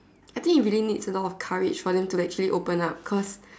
I think it really needs a lot of courage for them to actually open up cause